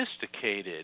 sophisticated